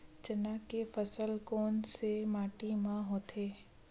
चना के फसल कोन से माटी मा होथे?